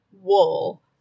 wool